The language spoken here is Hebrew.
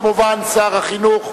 התש"ע 2010. ישיב כמובן שר החינוך.